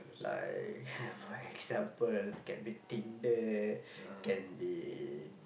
like for example can be Tinder can be